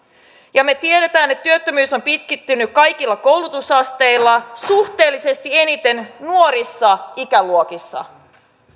ja me tiedämme että työttömyys on pitkittynyt kaikilla koulutusasteilla suhteellisesti eniten nuorissa ikäluokissa